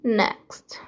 next